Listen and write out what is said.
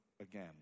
again